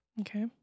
Okay